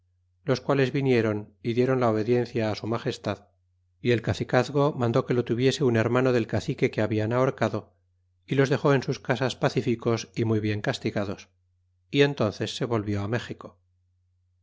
los palco vinieron y dieron la obediencia su magestad y el cacicazgo mandó que lo tuviese un hermano del cacique que hablan ahorcado y los dexó en sus casas pacíficos y muy bien castigados y entónees se volvió méxico